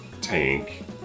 tank